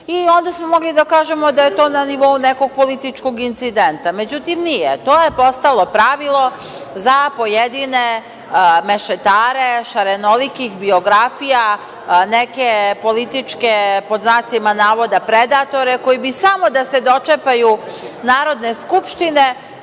Onda smo mogli da kažemo da je to na nivou nekog političkog incidenta. Međutim, nije, to je postalo pravilo za pojedine mešetare, šarenolikih biografija, neke političke, pod znacima navoda, predatore koji bi samo da se dočepaju Narodne skupštine